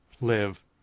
live